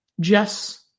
Jess